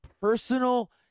personal